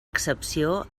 excepció